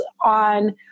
on